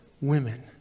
Women